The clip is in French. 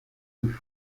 sous